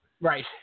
Right